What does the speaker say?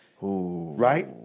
Right